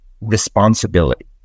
responsibility